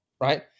right